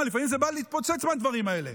לפעמים בא להתפוצץ מהדברים האלה.